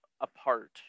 apart